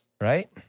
right